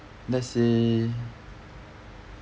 let's say